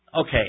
okay